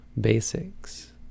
Basics